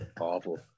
awful